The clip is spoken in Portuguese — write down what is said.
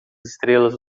estrelas